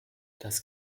das